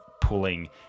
pulling